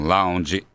Lounge